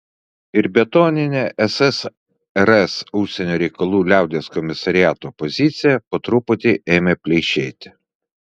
ir betoninė ssrs užsienio reikalų liaudies komisariato pozicija po truputį ėmė pleišėti